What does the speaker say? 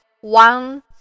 one